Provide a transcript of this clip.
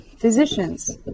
physicians